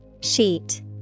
Sheet